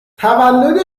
تولد